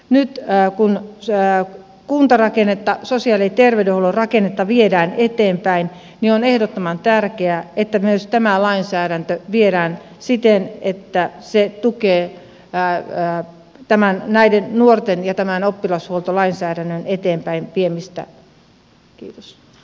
nyt kun kuntarakennetta ja sosiaali ja terveydenhuollon rakennetta viedään eteenpäin on ehdottoman tärkeää että myös tämä lainsäädäntö viedään siten että se tukee näiden nuorten ja tämän oppilashuoltolainsäädännön eteenpäinviemistä